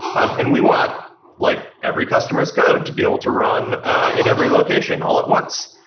and we want like every customer s codes to be able to run in every location all at once.